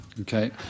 okay